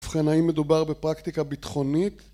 ובכן, האם מדובר בפרקטיקה ביטחונית?